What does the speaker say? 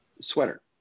sweater